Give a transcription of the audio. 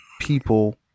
people